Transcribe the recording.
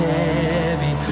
heavy